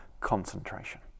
concentration